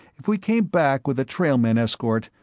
if we came back with a trailmen escort,